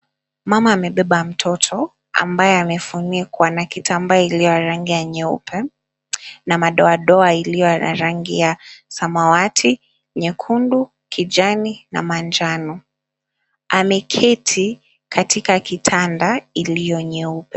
Mama amebeba mtoto ambaye amefunikwa na kitambaa iliyo ya rangi ya nyeupe, na madoadoa iliyo ya rangi ya samawati, nyekundu, kijani na manjano. Ameketi katika kitanda iliyo nyeupe.